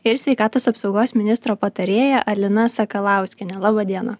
ir sveikatos apsaugos ministro patarėja alina sakalauskienė laba diena